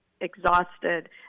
exhausted